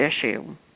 issue